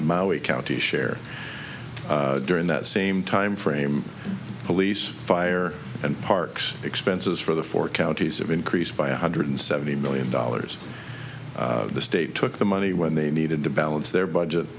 maui county share during that same timeframe police fire and parks expenses for the four counties have increased by one hundred seventy million dollars the state took the money when they needed to balance their budget